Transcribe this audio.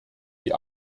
die